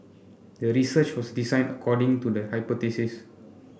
the research was designed according to the hypothesis